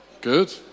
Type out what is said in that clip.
Good